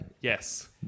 Yes